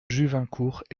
juvincourt